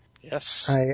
Yes